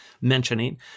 mentioning